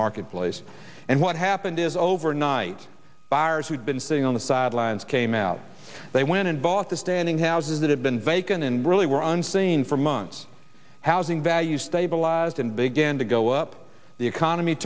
marketplace and what happened is overnight buyers we've been seeing on the sidelines came out they went and bought the standing houses that have been vacant and really were unseen for months housing values stabilized and began to go up the economy